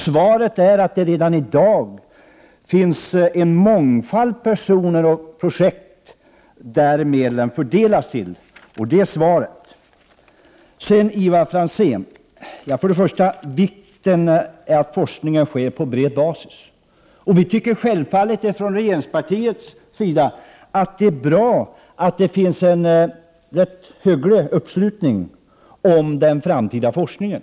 Svaret är att det redan i dag finns en mångfald personer och projekt till vilka medlen fördelas. Det är av vikt att forskningen sker på bred basis, Ivar Franzén. Vi från regeringspartiet anser självfallet att det är bra att det finns en hygglig uppslutning kring den framtida forskningen.